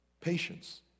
Patience